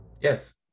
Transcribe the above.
Yes